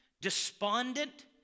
despondent